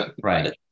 right